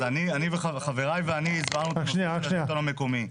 אז חבריי ואני הסברנו את השלטון המקומי.